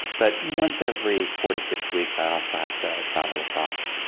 but once every four to six weeks i also have to travel across,